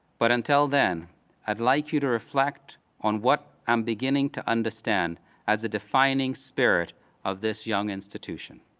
but until then i'd like you to reflect on what i'm beginning to understand as the defining spirit of this young institution.